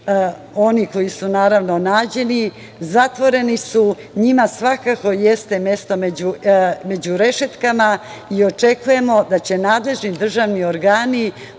Oni koji su nađeni zatvoreni su, njima svako jeste mesto među rešetkama. Očekujemo da će nadležni državni organi